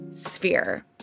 sphere